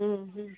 হুম হুম